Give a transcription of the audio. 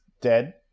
dead